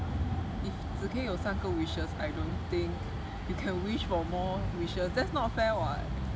if 只可以有三个 wishes I don't think you can wish for more wishes that's not fair [what]